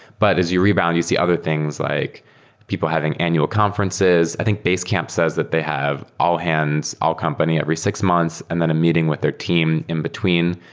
but as you revalue and see other things, like people having annual conferences. i think basecamp says that they have all hands, all company every six months and then a meeting with their team in between.